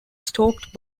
stalked